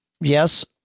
yes